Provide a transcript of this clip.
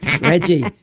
Reggie